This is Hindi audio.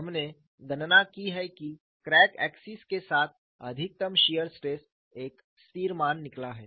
हमने गणना की है कि क्रैक एक्सिस के साथ अधिकतम शियर स्ट्रेस एक स्थिर मान निकला है